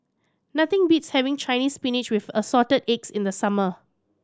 nothing beats having Chinese Spinach with Assorted Eggs in the summer